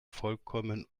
vollkommen